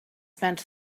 spent